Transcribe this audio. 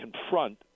confront